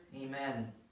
Amen